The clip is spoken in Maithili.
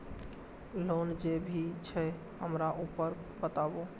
लोन जे भी छे हमरा ऊपर बताबू?